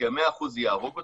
כי ה-100% יהרוג אותנו,